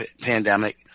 pandemic